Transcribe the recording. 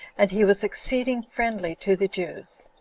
and he was exceeding friendly to the jews.